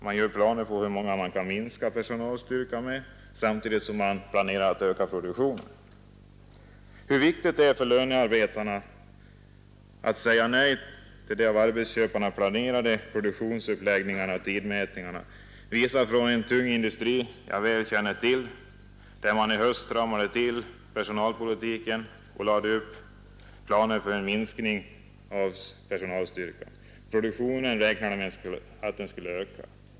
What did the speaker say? Man gör upp planer på hur mycket man kan minska personalstyrkan men samtidigt öka produktionen. Hur viktigt det är för lönearbetarna att säga nej till de av arbetsköparna planerade produktionsuppläggningarna och tidmätningarna har visat sig vid en tung industri som jag känner väl till. Där stramade man i höstas åt personalpolitiken och lade upp planer för en minskning av personalstyrkan samtidigt som man räknade med att öka produktionen.